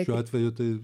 šiuo atveju tai